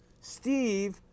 Steve